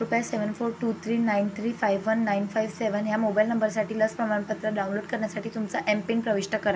कृपया seven four two three nine three five one nine five seven ह्या mobile नंबरसाठी लस प्रमाणपत्र डाउनलोड करण्यासाठी तुमचा एम पिन प्रविष्ट करा